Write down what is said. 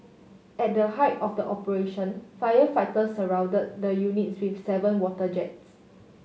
at the height of the operation firefighters surround the units with seven water jets